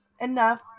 enough